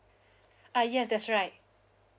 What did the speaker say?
uh yes that's right